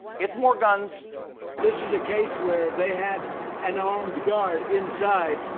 it's more guns. this is a case where if they had an armed guard inside,